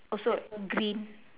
also green